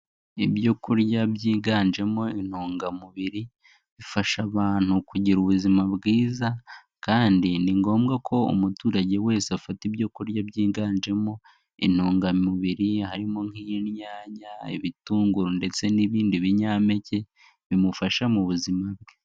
Ibyo kurya byiganjemo intungamubiri, bifasha abantu kugira ubuzima bwiza kandi ni ngombwa ko umuturage wese afata ibyo kurya byiganjemo intungamubiri harimo nk'inyanya, ibitunguru ndetse n'ibindi binyampeke bimufasha mu buzima bwe.